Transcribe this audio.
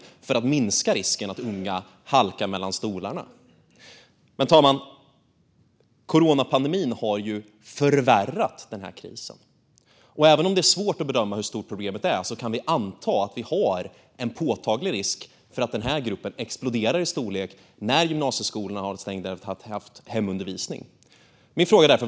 På så vis skulle vi minska risken för att unga hamnar mellan stolarna. Men, fru talman, coronapandemin har förvärrat denna kris. Även om det är svårt att bedöma hur stort problemet är kan vi anta att det finns en påtaglig risk för att storleken på den här gruppen exploderar efter att gymnasieskolorna har varit stängda och bara haft hemundervisning.